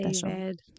David